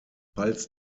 falls